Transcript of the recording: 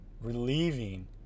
relieving